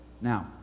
Now